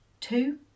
Two